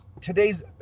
today's